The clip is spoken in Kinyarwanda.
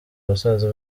basaza